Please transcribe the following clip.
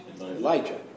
Elijah